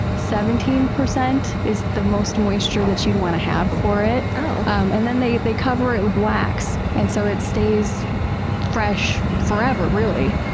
seventeen percent is the most moisture that you'd wanna have for it. oh. um and then they they cover it with wax. and so it stays fresh forever, really.